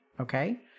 Okay